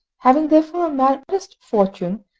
having therefore a modest fortune,